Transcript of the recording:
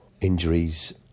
injuries